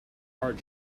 hard